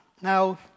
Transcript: Now